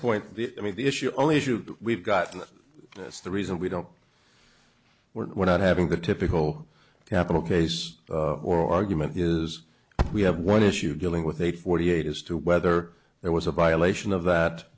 point i mean the issue only issue we've got that's the reason we don't we're not having the typical capital case or argument is we have one issue dealing with a forty eight as to whether there was a violation of that